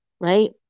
right